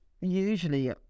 usually